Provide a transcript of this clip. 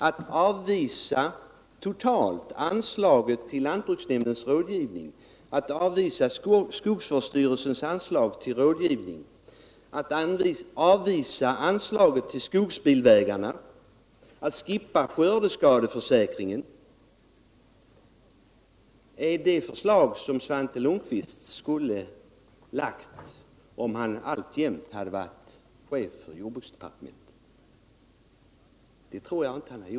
Att totalt avvisa anslaget till lantbruksnämndernas rådgivning, att totalt avvisa skogsvårdsstyrelsens anslag till rådgivning, att avvisa anslaget till skogsbilvägarna, att slopa skördeskadeförsäkringen — är det förslag som Svante Lundkvist skulle ha framlagt om han alltjämt hade varit chef för jordbruksdepartementet? Det tror jag inte.